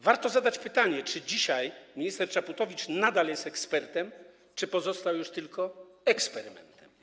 Warto zadać pytanie, czy dzisiaj minister Czaputowicz nadal jest ekspertem czy pozostał już tylko eksperymentem.